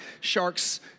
sharks